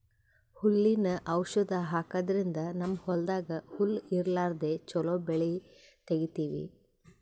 ಹುಲ್ಲಿನ್ ಔಷಧ್ ಹಾಕದ್ರಿಂದ್ ನಮ್ಮ್ ಹೊಲ್ದಾಗ್ ಹುಲ್ಲ್ ಇರ್ಲಾರ್ದೆ ಚೊಲೋ ಬೆಳಿ ತೆಗೀತೀವಿ